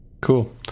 cool